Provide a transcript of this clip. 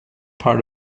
part